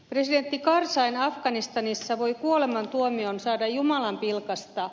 presidentti karzain afganistanissa voi kuolemantuomion saada jumalanpilkasta